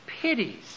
pities